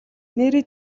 нээрээ